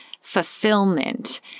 fulfillment